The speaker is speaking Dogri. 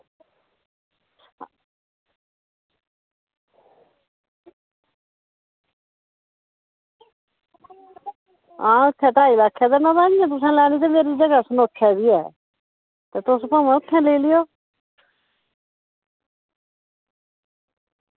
ते आं मेरे भ्राऊ दी ते इंया तुसें मेरी लैनी तां ओह्बी ऐ ते तुस भामें उत्थें लेई लैयो